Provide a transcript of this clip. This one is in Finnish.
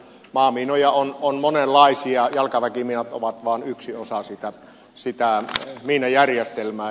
maamiinoja on monenlaisia jalkaväkimiinat ovat vaan yksi osa sitä miinajärjestelmää